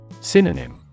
Synonym